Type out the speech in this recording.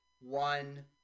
one